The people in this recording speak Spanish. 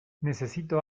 necesito